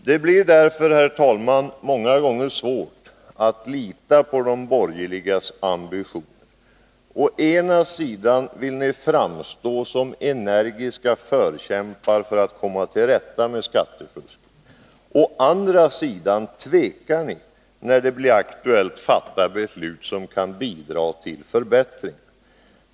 Det är därför, herr talman, ofta svårt att lita på de borgerligas ambitioner. Å ena sidan vill de framstå som energiska förkämpar för att komma till rätta med skattefusket, å andra sidan tvekar de när det blir aktuellt att fatta beslut som kan bidra till förbättringar.